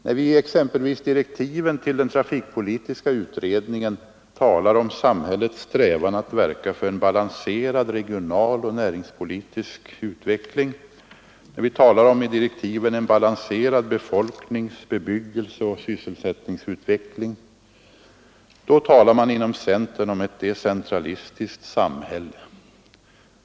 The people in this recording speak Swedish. När vi exempelvis i direktiven till den trafikpolitiska utredningen talar om samhällets strävan att verka för en balanserad regionaloch näringspolitisk utveckling, när vi i direktiven talar om en balanserad befolknings-, bebyggelseoch sysselsättningsutveckling, då talar man inom centern om ett decentralistiskt samhälle.